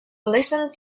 listen